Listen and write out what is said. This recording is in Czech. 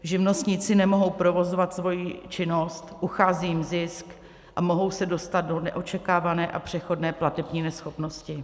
Živnostníci nemohou provozovat svoji činnost, uchází jim zisk a mohou se dostat do neočekávané a přechodné platební neschopnosti.